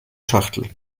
schachtel